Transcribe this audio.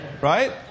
Right